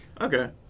Okay